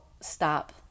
stop